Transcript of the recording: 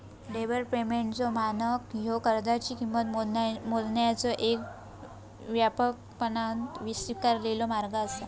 deferred पेमेंटचो मानक ह्यो कर्जाची किंमत मोजण्याचो येक व्यापकपणान स्वीकारलेलो मार्ग असा